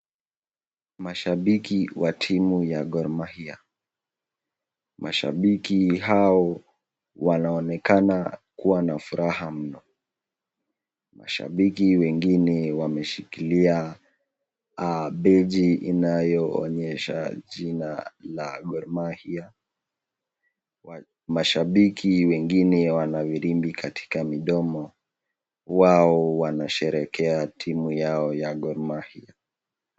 Mashabiki wa timu ya Gor Mahia. Mashabiki hao wanaonekana kua na furaha mno. Mashibiki wengine wameshikili [badge] inayoonyesha jina la Gor Mahia. Mashabiki wengine wana firimbi katika mdomo wao wanasherekea timu yao ya Gor Mahia.